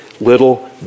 little